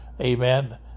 amen